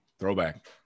Throwback